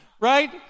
right